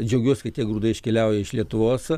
džiaugiuosi kad tie grūdai iškeliauja iš lietuvos